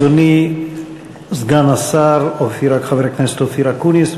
אדוני סגן השר חבר הכנסת אופיר אקוניס,